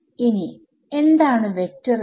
ഇനി എന്താണ് vector E